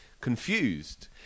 confused